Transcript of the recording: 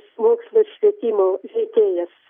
sluoksnius švietimo veikėjas